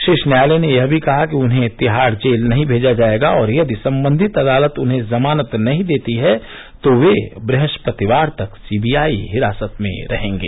शीर्ष न्यायालय ने यह भी कहा कि उन्हें तिहाड़ जेल नहीं भेजा जाएगा और यदि संबंधित अदालत उन्हें जमानत नहीं देती है तो वे बृहस्पतिवार तक सीबीआई हिरासत में रहेंगे